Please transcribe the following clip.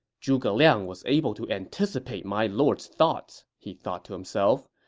zhuge liang was able to anticipate my lord's thoughts, he thought to himself.